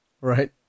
right